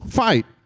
fight